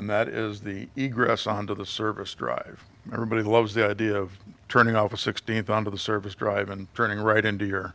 and that is the grass onto the service drive everybody loves the idea of turning off a sixteenth onto the service drive and turning right into your